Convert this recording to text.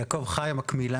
אז שמי הוא יעקב חי מקמילאן.